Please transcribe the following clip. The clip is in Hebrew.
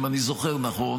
אם אני זוכר נכון,